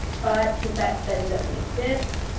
but since that study doesn't exist,